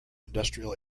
industrial